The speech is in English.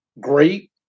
great